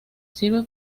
sirve